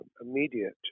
immediate